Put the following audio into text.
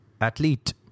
athlete